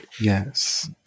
yes